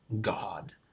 God